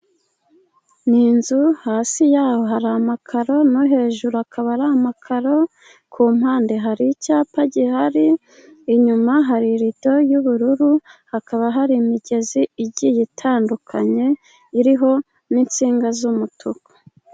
Ni inzu hasi yaho hari amakaro, no hejuru akaba ari amakaro. Ku mpande hari icyapa gihari, inyuma hari irido ry’ubururu, hakaba hari imigezi igiye itandukanye, iriho n’intsinga z’umutuku.